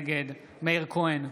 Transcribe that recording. נגד מאיר כהן,